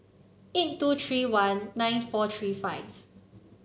eight two three one nine four three five